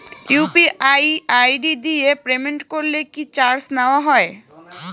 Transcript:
UPI ID দিয়ে payment করলে কি চার্জ নেয়া হয়?